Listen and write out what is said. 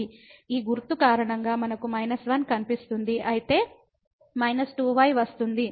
ఈ గుర్తు కారణంగా మనకు 1 కనిపిస్తుంది అయితే 2y వస్తుంది